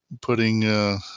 putting